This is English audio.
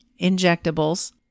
injectables